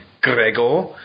gregor